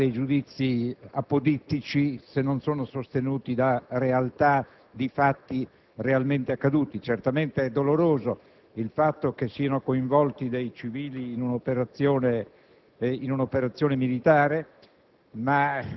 esprimere dei giudizi apodittici se non sono sostenuti da fatti realmente accaduti. È certamente doloroso il fatto che siano coinvolti dei civili in un'operazione militare,